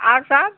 और सब